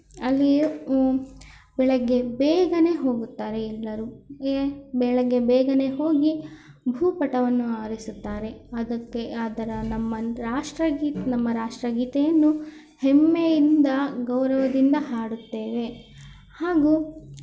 ಅಲ್ಲಿಯೂ ಬೆಳಿಗ್ಗೆ ಬೇಗನೆ ಹೋಗುತ್ತಾರೆ ಎಲ್ಲರೂ ಬೆಳಿಗ್ಗೆ ಬೇಗನೆ ಹೋಗಿ ಭೂಪಟವನ್ನು ಹಾರಿಸುತ್ತಾರೆ ಅದಕ್ಕೆ ಅದರ ನಮ್ಮ ನ್ ರಾಷ್ಟ್ರಗೀತೆ ನಮ್ಮ ರಾಷ್ಟ್ರಗೀತೆಯನ್ನು ಹೆಮ್ಮೆಯಿಂದ ಗೌರವದಿಂದ ಹಾಡುತ್ತೇವೆ ಹಾಗೂ